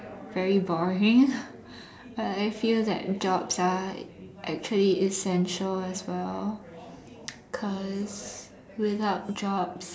very boring but I feel that jobs are actually essential as well because without jobs